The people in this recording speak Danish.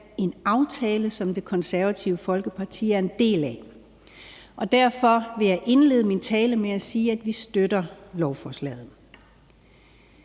en aftale, som Det Konservative Folkepartier er en del af, og derfor vil jeg indlede mine tal med at sige, at vi støtter lovforslaget.